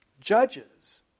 judges